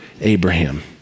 Abraham